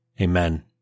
Amen